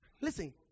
listen